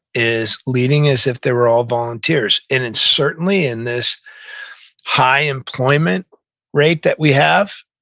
is leading as if they were all volunteers. and it's certainly, in this high employment rate that we have,